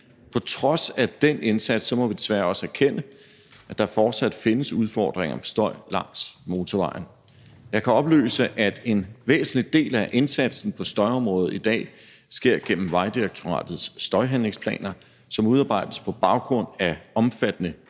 På trods af den indsats må vi desværre også erkende, at der fortsat findes udfordringer med støj langs motorvejen. Jeg kan oplyse, at en væsentlig del af indsatsen på støjområdet i dag sker gennem Vejdirektoratets støjhandlingsplaner, som udarbejdes på baggrund af omfattende kortlægning